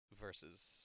versus